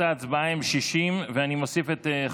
ההצעה להעביר את הצעת